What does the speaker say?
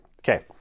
Okay